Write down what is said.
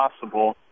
possible